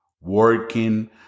working